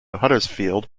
huddersfield